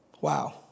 Wow